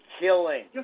killing